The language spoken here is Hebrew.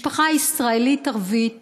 משפחה ישראלית ערבית